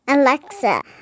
Alexa